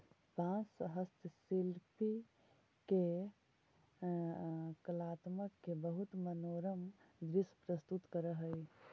बाँस हस्तशिल्पि के कलात्मकत के बहुत मनोरम दृश्य प्रस्तुत करऽ हई